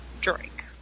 drink